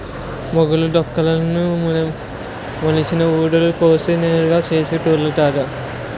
మొగులు డొంకలుకు మొలిసిన ఊడలు కోసి నారగా సేసి తాళల్లుతారు